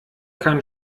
kann